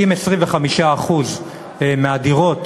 אם 25% מהדירות